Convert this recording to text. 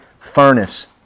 furnace